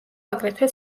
აგრეთვე